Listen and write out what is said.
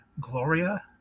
Gloria